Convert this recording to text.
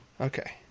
Okay